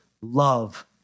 Love